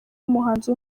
umuhanzi